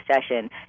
session